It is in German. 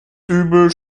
übel